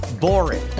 boring